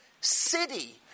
city